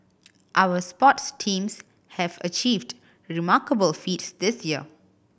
our sports teams have achieved remarkable feats this year